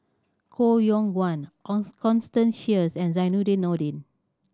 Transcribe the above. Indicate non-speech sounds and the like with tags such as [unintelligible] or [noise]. Koh Yong Guan [unintelligible] Constance Sheares and Zainudin Nordin